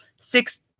six